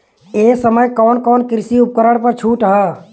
ए समय कवन कवन कृषि उपकरण पर छूट ह?